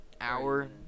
hour